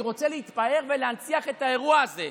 אני רוצה להתפאר ולהנציח את האירוע הזה.